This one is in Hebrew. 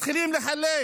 מתחילים לחלק